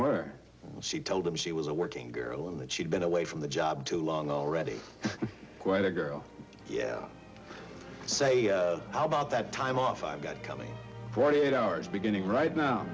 where she told him she was a working girl and that she'd been away from the job too long already quite a girl yeah i say how about that time off i've got coming forty eight hours beginning right now